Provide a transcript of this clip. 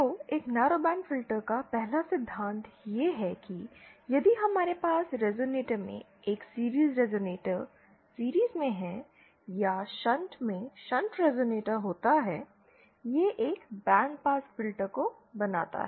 तो एक narrowband filter का पहला सिद्धांत यह है कि यदि हमारे पास रेज़ोनेटर में एक सीरिज़ रेज़ोनेटर सीरिज़ में है या शंट में शंट रेज़ोनेटर होता हैयह एक बैंड पास फिल्टर को बनाता है